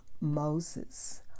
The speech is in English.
Moses